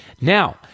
Now